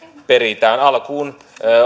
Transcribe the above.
peritään alkuun